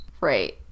right